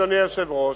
אדוני היושב-ראש,